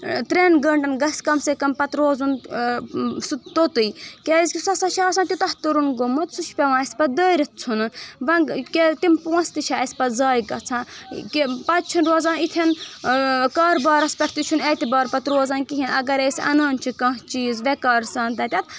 ترٮ۪ن گنٛٹن گژھِ کم سے کم پتہٕ روزُن آ سُہ توٚتُے کیٛازکہِ سۅ ہسا چھِ آسان تیٛوٗتاہ تُرُن گوٚمُت سُہ چھُ پٮ۪وان اَسہ پتہٕ دٲرِتھ ژھنُن وۅنۍ کہِ تِم پۅنٛسہٕ تہِ چھِ اَسہِ ضایہِ گژھان کہِ پتہٕ چھِنہٕ روزان یِتھٮ۪ن آ کارٕبارس پٮ۪ٹھ تہِ چھُنہٕ پتہٕ اعتبار روزان کِہیٖنٛۍ اگر أسۍ اَنان چھِ کانٛہہ چیٖز وٮ۪قارٕ سان تتٮ۪تھ